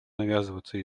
навязываться